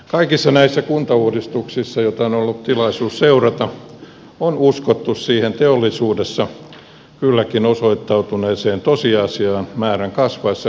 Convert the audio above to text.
kaikissa näissä kuntauudistuksissa joita on ollut tilaisuus seurata on uskottu siihen teollisuudessa kylläkin todeksi osoittautuneeseen asiaan että määrän kasvaessa yksikköhinta alenee